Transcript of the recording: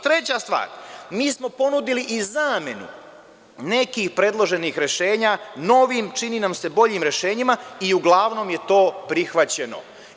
Treća stvar, mi smo ponudili i zamenu nekih predloženih rešenja novim, čini nam se, boljim rešenjima i uglavnom je to prihvaćeno.